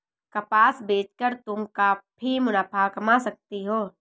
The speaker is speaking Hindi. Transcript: कपास बेच कर तुम काफी मुनाफा कमा सकती हो